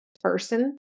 person